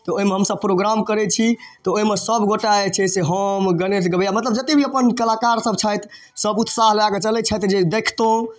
तऽ ओहिमे हमसब प्रोग्राम करै छी तऽ ओहिमे सब गोटा जे छै से हम गमेश गबैआ मतलब जतेक भी अपन कलाकार सब छथि सब उत्साह लगाकऽ चलै छथि जे देखितो